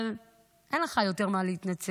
אבל אין לך יותר על מה להתנצל,